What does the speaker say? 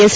S